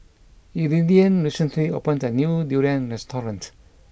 Iridian recently opened a new Durian restaurant